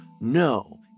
No